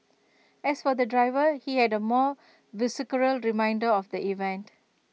as for the driver he had A more visceral reminder of the event